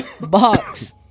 box